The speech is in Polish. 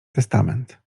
testament